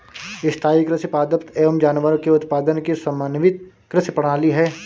स्थाईं कृषि पादप एवं जानवरों के उत्पादन की समन्वित कृषि प्रणाली है